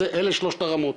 אלה שלושת הרמות,